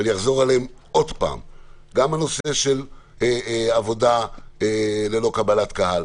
ואחזור עליהם גם הנושא של עבודה ללא קבלת קהל,